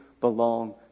belong